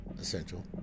essential